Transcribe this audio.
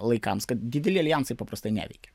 laikams kad dideli aljansai paprastai neveikia